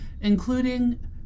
including